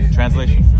Translation